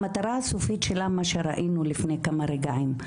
המטרה הסופית שלהם מה שראינו לפני כמה רגעים,